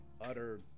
utter